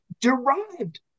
derived